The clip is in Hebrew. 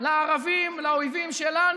יבגני, עזוב, אתה הרי לא הגשת את זה.